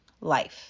life